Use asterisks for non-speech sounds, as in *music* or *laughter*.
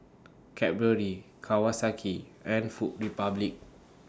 Cadbury Kawasaki and Food *noise* Republic